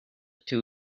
two